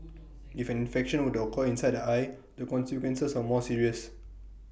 if an infection were to occur inside the eye the consequences are more serious